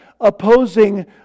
opposing